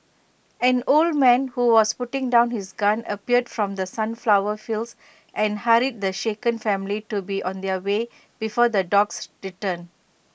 an old man who was putting down his gun appeared from the sunflower fields and hurried the shaken family to be on their way before the dogs return